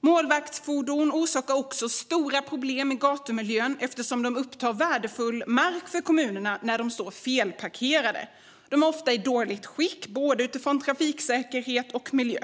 Målvaktsfordon orsakar också stora problem i gatumiljön eftersom de upptar värdefull mark för kommunerna när de står felparkerade. De är ofta i dåligt skick utifrån både trafiksäkerhet och miljö.